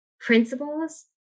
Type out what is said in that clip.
principles